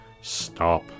Stop